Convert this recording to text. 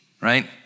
right